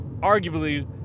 arguably